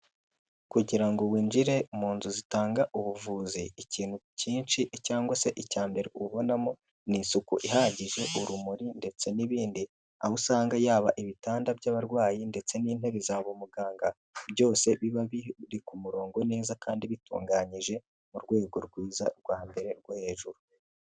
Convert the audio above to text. Kugira ngo winjire mu nzu zitanga ubuvuzi ikintu cyinshi cyangwa se icya mbere ubonamo ni isuku ihagije, urumuri, ndetse n'ibindi, aho usanga yaba ibitanda by'abarwayi ndetse n'intebe zaburi muganga byose biba biri ku murongo neza kandi bitunganyije mu rwego rwiza rwa mbere rwo hejuru.